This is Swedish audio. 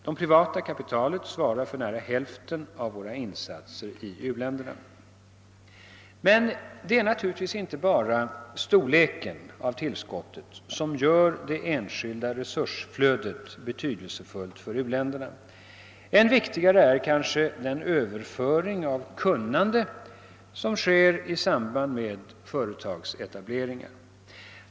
Det privata kapitalet svarar för nära hälften av våra insatser i u-länderna. Det är naturligtvis inte bara storleken av tillskottet som gör det enskilda resursflödet betydelsefullt för u-länderna. Än viktigare är den överföring av kunnande som sker i samband med företagsetableringen.